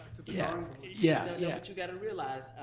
yeah yeah, yeah. but you gotta realize.